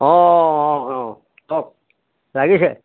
অঁ অঁ অঁ অঁ কওক লাগিছে